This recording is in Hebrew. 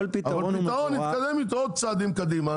וחבל לא לנצל את ההזדמנות כדי לדחוף את זה עוד קצת מעבר לפינה